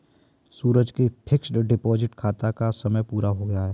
सूरज के fixed deposit खाता का समय पूरा हो गया है